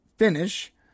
finish